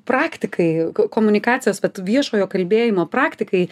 praktikai komunikacijos vat viešojo kalbėjimo praktikai